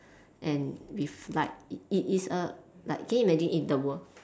and with light it it is a like can you imagine in the world